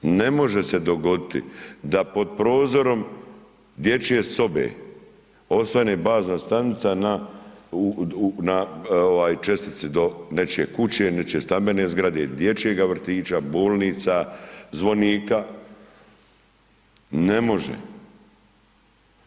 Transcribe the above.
Ne može se dogoditi da po prozorom dječje sobe osvane bazna stanica na, u na ovaj čestici do nečije kuće, nečije stambene zgrade, dječjega vrtića, bolnica, zvonika, ne može.